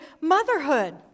motherhood